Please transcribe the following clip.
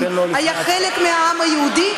היה חלק מהעם היהודי,